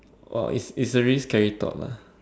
or is is a really scary thought lah